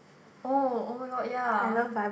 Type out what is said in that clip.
oh oh-my-god ya